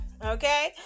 Okay